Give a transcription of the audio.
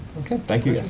ok, thank you!